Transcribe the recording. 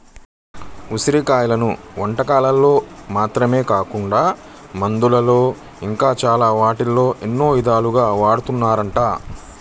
ఉసిరి కాయలను వంటకాల్లో మాత్రమే కాకుండా మందుల్లో ఇంకా చాలా వాటిల్లో ఎన్నో ఇదాలుగా వాడతన్నారంట